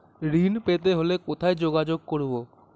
ঋণ পেতে হলে কোথায় যোগাযোগ করব?